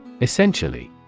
Essentially